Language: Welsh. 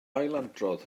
ailadrodd